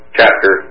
chapter